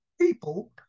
people